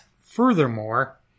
Furthermore